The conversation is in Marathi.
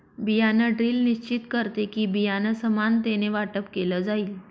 बियाण ड्रिल निश्चित करते कि, बियाणं समानतेने वाटप केलं जाईल